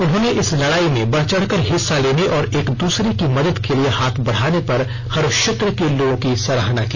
उन्होंने इस लड़ाई में बढ़ चढ़कर हिस्सा लेने और एक दूसरे की मदद के लिए हाथ बढ़ाने पर हर क्षेत्र के लोगों की सराहना की